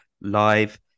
live